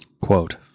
quote